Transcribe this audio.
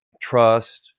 trust